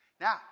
Now